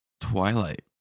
Twilight